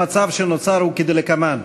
המצב שנוצר הוא כדלקמן: